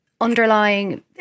underlying